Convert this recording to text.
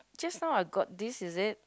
just now I got this is it